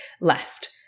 left